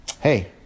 hey